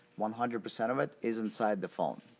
one hundred percent of it is inside the phone.